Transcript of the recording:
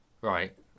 Right